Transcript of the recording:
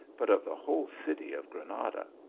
but of the whole city of granada!